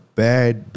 bad